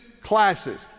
classes